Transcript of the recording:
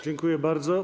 Dziękuję bardzo.